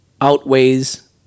outweighs